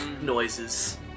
noises